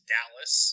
Dallas